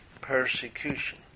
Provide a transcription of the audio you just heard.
persecution